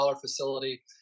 facility